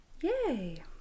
Yay